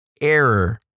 error